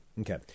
Okay